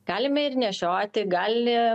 galime ir nešioti gali